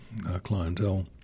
clientele